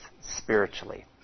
spiritually